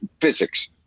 Physics